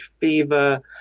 fever